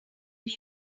many